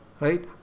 right